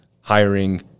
hiring